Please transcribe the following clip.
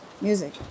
music